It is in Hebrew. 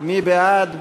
מי בעד?